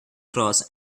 cross